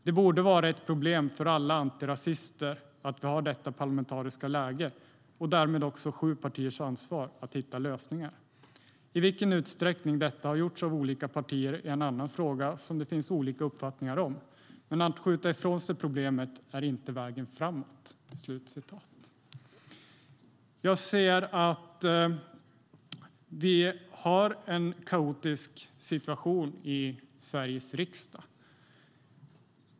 Det borde vara ett problem för alla antirasister att vi har detta parlamentariska läge, och därmed också sju partiers ansvar att hitta lösningar. I vilken utsträckning detta har gjorts av olika partier är en annan fråga som det finns olika uppfattningar om, men att skjuta ifrån sig problemet är inte vägen framåt. Så skrev Bassam.Nu har vi en kaotisk situation i Sveriges riksdag.